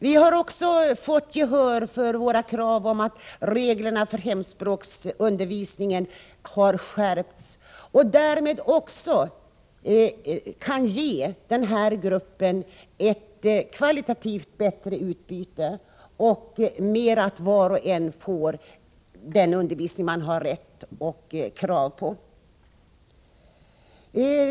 Vi har också fått gehör för våra krav på att reglerna för hemspråksundervisningen skall skärpas, så att den här gruppen elever skall kunna få ett kvalitativt bättre utbyte och för att varje elev skall kunna få den undervisning man har rätt att ställa krav på.